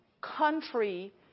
country